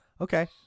okay